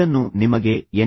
ಇದನ್ನು ನಿಮಗೆ ಎನ್